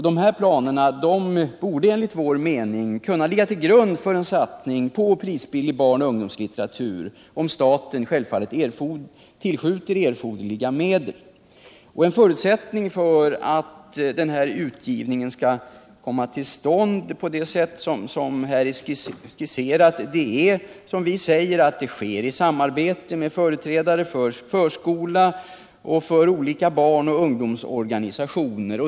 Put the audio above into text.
De här planerna borde enligt vår mening kunna ligga till grund för en satsning på prisbillig barn och ungdomslitt2ratur, om staten skjuter till erforderliga medel. En förutsättning för att denna utgivning skall komma till stånd på det sätt som här skisserats är att den sker : samarbete med företrädare för förskolan och för olika barn och ungdomsorganisationer.